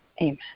Amen